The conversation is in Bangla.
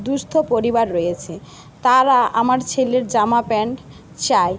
দুঃস্থ পরিবার রয়েছে তারা আমার ছেলের জামা প্যান্ট চায়